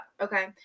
Okay